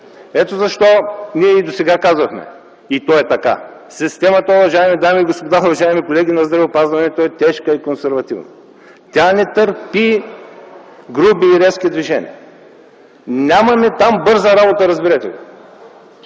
Ето защо ние и досега казвахме, и то е така, уважаеми дами и господа, уважаеми колеги, системата на здравеопазването е тежка и консервативна. Тя не търпи груби и резки движения. Нямаме там бърза работа, разберете го.